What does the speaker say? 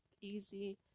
easy